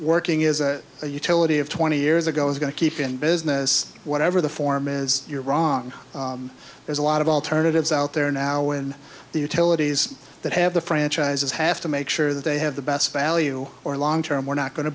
working is a utility of twenty years ago is going to keep in business whatever the form is you're wrong there's a lot of alternatives out there now in the utilities that have the franchises have to make sure that they have the best value or long term we're not going to